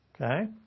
okay